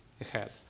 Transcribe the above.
ahead